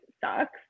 sucks